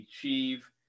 achieve